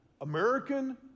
American